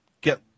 get